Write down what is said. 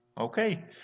Okay